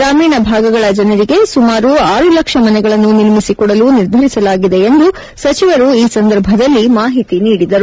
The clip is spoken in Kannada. ಗ್ರಾಮೀಣ ಭಾಗಗಳ ಜನರಿಗೆ ಸುಮಾರು ಆರು ಲಕ್ಷ ಮನೆಗಳನ್ನು ನಿರ್ಮಿಸಿಕೊಡಲು ನಿರ್ಧರಿಸಲಾಗಿದೆ ಎಂದು ಸಚಿವರು ಈ ಸಂದರ್ಭದಲ್ಲಿ ಮಾಹಿತಿ ನೀಡಿದರು